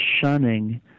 shunning